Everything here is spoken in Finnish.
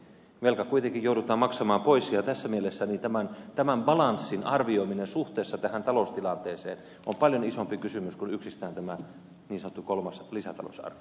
velka kuitenkin joudutaan maksamaan pois ja tässä mielessä tämän balanssin arvioiminen suhteessa taloustilanteeseen on paljon isompi kysymys kuin yksistään tämä niin sanottu kolmas lisätalousarvio